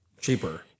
cheaper